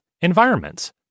environments